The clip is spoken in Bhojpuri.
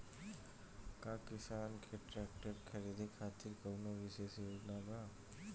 का किसान के ट्रैक्टर खरीदें खातिर कउनों विशेष योजना बा?